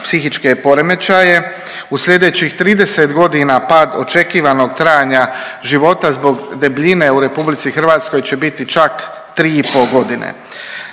psihičke poremećaje. U sljedećih 30 godina pad očekivanog trajanja života zbog debljine u RH će biti čak 3,5 godine.